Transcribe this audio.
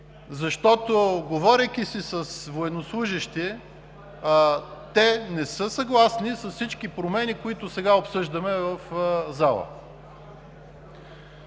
Защото, говорейки си с военнослужещи, те не са съгласни с всички промени, които сега обсъждаме в залата.